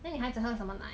then 你孩子喝什么奶